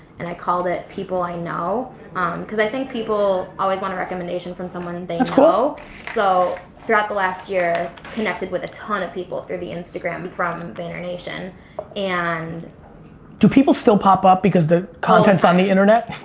and i called it people i know cause i think people always want a recommendation for someone they know so throughout the last year connected with a ton of people through the instagram from vanyer nation and do people still pop up because the content's on the internet?